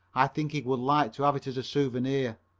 i think he would like to have it as a souvenir.